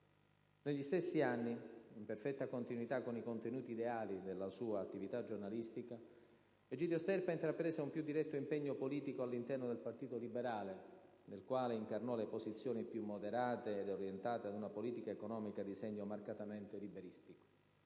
Negli stessi anni, in perfetta continuità con i contenuti ideali della sua attività giornalistica, Egidio Sterpa intraprese un più diretto impegno politico all'interno del Partito Liberale, nel quale incarnò le posizioni più moderate ed orientate ad una politica economica di segno marcatamente liberistico.